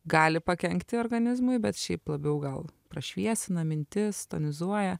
gali pakenkti organizmui bet šiaip labiau gal prašviesina mintis tonizuoja